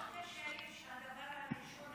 מאוד קשה לי שהדבר הראשון,